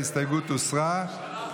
ההסתייגות הוסרה.